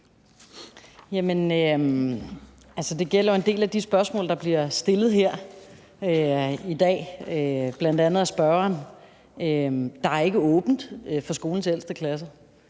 Det gælder jo en del af de spørgsmål, der bliver stillet her i dag, bl.a. af spørgeren, at svaret er, at der ikke er åbent for skolens ældste klasser.